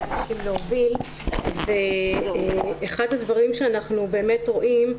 אחד הדברים שאנחנו רואים,